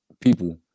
people